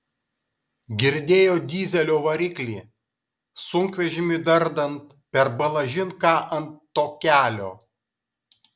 girdėjo dyzelio variklį sunkvežimiui dardant per balažin ką ant to kelio